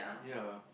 ya